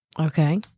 Okay